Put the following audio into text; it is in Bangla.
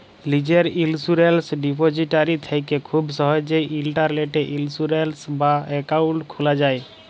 লীজের ইলসুরেলস ডিপজিটারি থ্যাকে খুব সহজেই ইলটারলেটে ইলসুরেলস বা একাউল্ট খুলা যায়